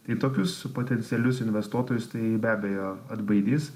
tai tokius potencialius investuotojus tai be abejo atbaidys